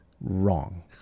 Wrong